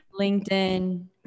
LinkedIn